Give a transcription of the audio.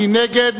מי נגד,